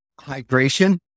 hydration